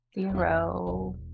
Zero